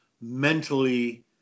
mentally